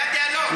היה דיאלוג.